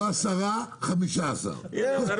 לא עשר דרכים אלא 15 דרכים.